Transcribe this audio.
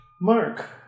Mark